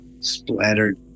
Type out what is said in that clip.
splattered